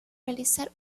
realizar